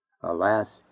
Alas